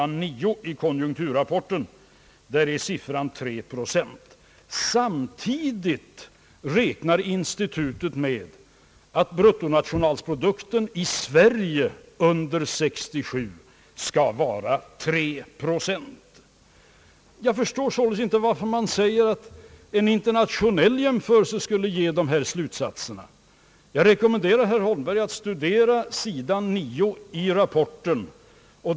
9 i konjunkturrapporten — 3 procent. Samtidigt räknar institutet med att bruttonationalprodukten i Sverige skall öka med 3 procent. Jag förstår sålunda inte varför en internationell jämförelse skulle ge speciella slutsatser. Jag rekommenderar herr Holmberg att studera sid. 9 i rapporten.